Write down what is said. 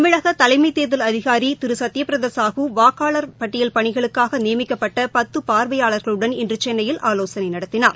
தமிழகதலைமைதேர்தல் அதிகாரிதிருசத்யபிரதாசாஹூ வாக்காளர் பட்டியல் பணிகளுக்காகநியமிக்கப்பட்டபத்தபார்வையாளர்களுடன் இன்றுசென்னையில் ஆலோசனைநடத்தினார்